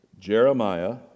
Jeremiah